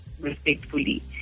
respectfully